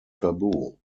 tabu